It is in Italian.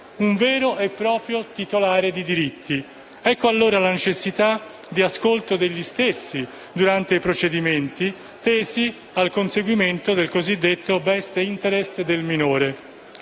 veri e propri titolari di diritti; ecco allora la necessità di ascolto durante i procedimenti, tesi al conseguimento del cosiddetto *best interest* del minore.